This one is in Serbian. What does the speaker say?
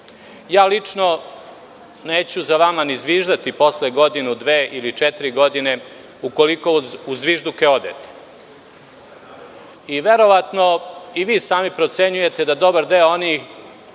Lično neću za vama ni zviždati posle godinu, dve ili četiri godine ukoliko uz zvižduke odete. Verovatno i vi sami procenjujete da dobar deo onih